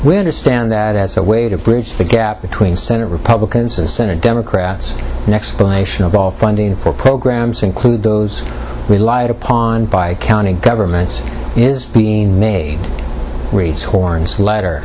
we understand that as a way to bridge the gap between senate republicans and senate democrats an explanation of all funding for programs include those relied upon by county governments is being made wreaths horn's letter